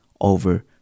over